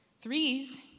Threes